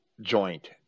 joint